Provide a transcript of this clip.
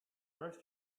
first